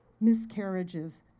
miscarriages